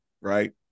right